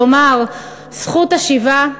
כלומר זכות השיבה.